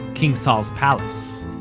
king saul's palace.